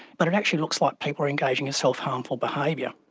but it actually looks like people are engaging in self-harmful behaviour.